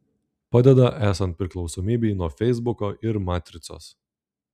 padeda esant priklausomybei nuo feisbuko ir matricos